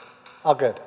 no kiitos